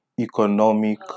economic